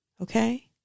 okay